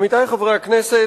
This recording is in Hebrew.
עמיתי חברי הכנסת,